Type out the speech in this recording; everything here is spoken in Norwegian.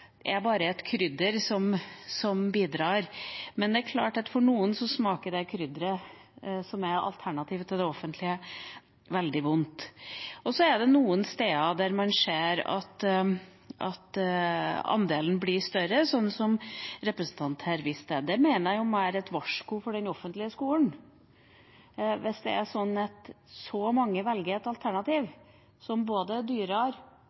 det er en ingrediens i skoleretten. Jeg mener at det bare er et krydder som bidrar, men det er klart at for noen smaker det krydderet – som er alternativet til det offentlige – veldig vondt. Så er det noen steder der man ser at andelen blir større, som representanten viste til her. Det mener jeg må være et varsko for den offentlige skolen, hvis det er sånn at så mange velger et